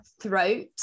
throat